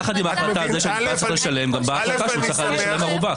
יחד עם ההחלטה שנתבע צריך לשלם באה החלטה שהוא צריך לשלם ערובה.